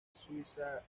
suiza